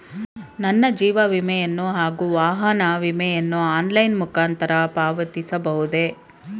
ನನ್ನ ಜೀವ ವಿಮೆಯನ್ನು ಹಾಗೂ ವಾಹನ ವಿಮೆಯನ್ನು ಆನ್ಲೈನ್ ಮುಖಾಂತರ ಪಾವತಿಸಬಹುದೇ?